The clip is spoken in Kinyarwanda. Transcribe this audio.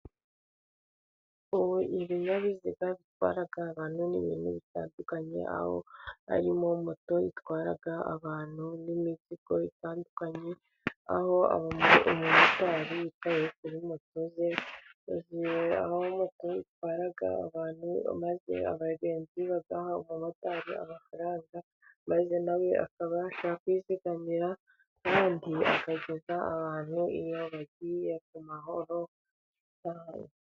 Ubu ibinyabiziga bitwara abantu n'ibintu bitandukanye, aho harimo moto itwara abantu n'imizigo itandukanye, aho umumotari yicaye kuri moto ye, aho moto itwara abantu, maze abagenzi bagaha motari amafaranga maze nawe akabasha kwizigamira, kandi akageza abantu iyo bagiye ku mahoro.